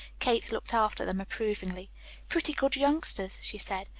kate looked after them approvingly pretty good youngsters, she said.